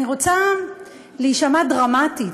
אני רוצה להישמע דרמטית,